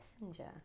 messenger